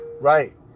right